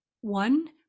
one